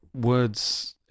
words